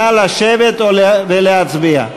נא לשבת ולהצביע.